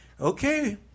okay